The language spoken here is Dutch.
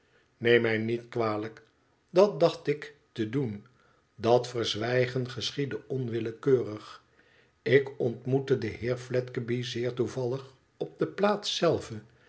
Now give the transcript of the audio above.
neem mij niet kwalijk dat dacht ik te doen dat verzwijgen geschiedde onwillekeurig ik ontmoette den heer fledgeby zeer toevallig op de plaats zelve